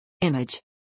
Image